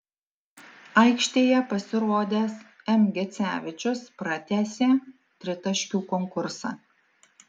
aikštėje pasirodęs m gecevičius pratęsė tritaškių konkursą